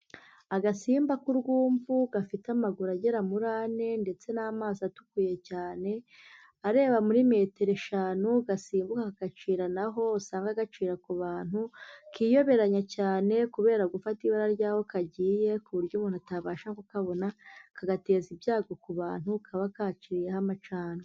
Agasimba k'urwumvu gafite amaguru agera muri ane ndetse n'amaso atukuye cyane, areba muri metero eshanu, gasimbuka kagaciranaho, usanga gacira ku bantu, kiyoberanya cyane kubera gufata ibara ry'aho kagiye, ku buryo umuntu atabasha kukabona, kagateza ibyago ku bantu kaba kaciyeho amacandwe.